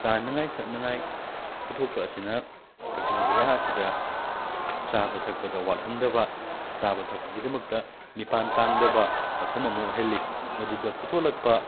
ꯆꯥꯅꯉꯥꯏ ꯊꯛꯅꯉꯥꯏ ꯄꯨꯊꯣꯛꯄ ꯑꯁꯤꯅ ꯀꯛꯆꯤꯡ ꯖꯤꯂꯥ ꯑꯁꯤꯗ ꯆꯥꯕ ꯊꯛꯄꯗ ꯋꯥꯠꯍꯟꯗꯕ ꯆꯥꯕ ꯊꯛꯄꯒꯤꯗꯃꯛꯇ ꯃꯤꯄꯥꯟ ꯇꯥꯡꯗꯕ ꯃꯐꯝ ꯑꯃ ꯑꯣꯏꯍꯜꯂꯤ ꯃꯗꯨꯗ ꯄꯨꯊꯣꯛꯂꯛꯄ